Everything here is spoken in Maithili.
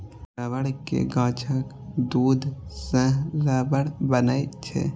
रबड़ के गाछक दूध सं रबड़ बनै छै